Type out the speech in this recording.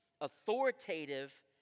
authoritative